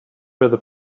where